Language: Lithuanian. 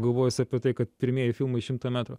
galvojus apie tai kad pirmieji filmai šimtą metrų